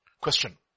Question